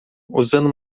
usando